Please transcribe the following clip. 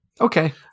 Okay